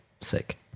sick